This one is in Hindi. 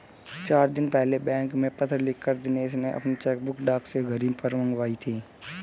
चार दिन पहले बैंक में पत्र लिखकर दिनेश ने अपनी चेकबुक डाक से घर ही पर मंगाई थी